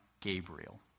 Gabriel